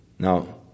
Now